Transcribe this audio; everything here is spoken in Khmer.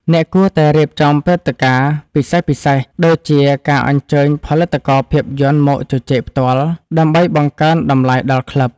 អ្នកគួរតែរៀបចំព្រឹត្តិការណ៍ពិសេសៗ ដូចជាការអញ្ជើញផលិតករភាពយន្តមកជជែកផ្ទាល់ ដើម្បីបង្កើនតម្លៃដល់ក្លឹប។